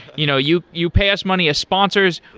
you know you you pay us money as sponsors,